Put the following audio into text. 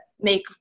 make